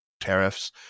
tariffs